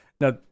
Now